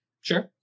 Sure